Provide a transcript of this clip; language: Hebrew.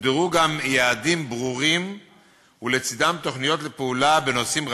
הוגדרו גם יעדים ברורים ולצדם תוכניות לפעולה בנושאים רבים,